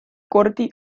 kordi